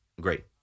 great